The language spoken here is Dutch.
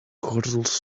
gordels